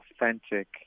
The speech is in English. authentic